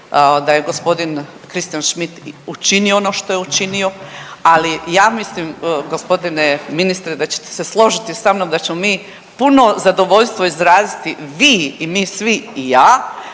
da je gospodin Christian Schmidt učinio ono što je učinio. Ali ja mislim gospodine ministre da ćete se složiti samnom da ćemo mi puno zadovoljstvo izraziti vi i mi svi i ja